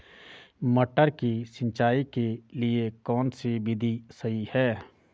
मटर की सिंचाई के लिए कौन सी विधि सही है?